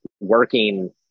working